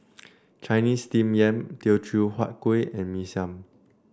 Chinese Steamed Yam Teochew Huat Kuih and Mee Siam